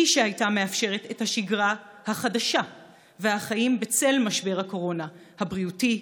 היא שהייתה מאפשרת את השגרה החדשה והחיים בצל משבר הקורונה הבריאותי,